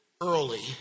early